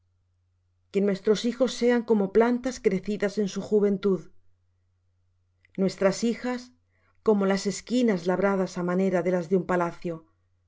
que nuestros hijos sean como plantas crecidas en su juventud nuestras hijas como las esquinas labradas á manera de las de un palacio